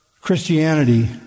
Christianity